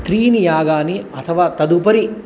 त्रीणि यागानि अथवा तदुपरि